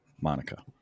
Monica